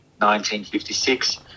1956